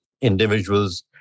individuals